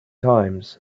times